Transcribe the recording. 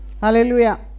Hallelujah